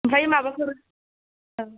ओमफ्राय माबाफोर